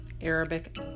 arabic